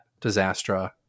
Disaster